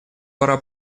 пора